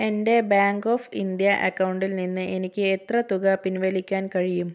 എൻ്റെ bank of India അക്കൗണ്ടിൽ നിന്ന് എനിക്ക് എത്ര തുക പിൻവലിക്കാൻ കഴിയും